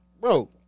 Bro